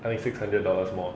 like six hundred dollars more